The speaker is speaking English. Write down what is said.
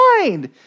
mind